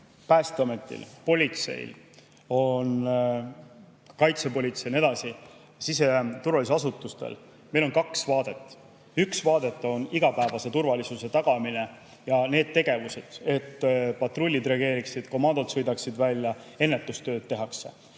Päästeametil, politseil, kaitsepolitseil ja nii edasi, siseturvalisusasutustel on kaks vaadet. Üks vaade on igapäevase turvalisuse tagamine ja need tegevused, et patrullid reageeriksid, komandod sõidaksid välja, ennetustööd tehakse.